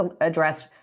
address